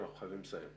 אנחנו חייבים לסיים.